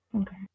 Okay